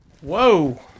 Whoa